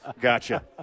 Gotcha